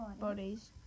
bodies